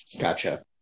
Gotcha